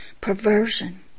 Perversion